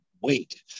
wait